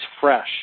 fresh